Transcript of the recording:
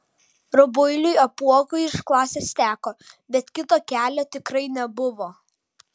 rubuiliui apuokui iš klasės teko bet kito kelio tikrai nebuvo